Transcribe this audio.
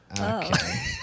Okay